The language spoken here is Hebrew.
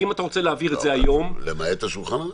כי אם אתה רוצה להעביר את זה היום --- למעט השולחן הזה.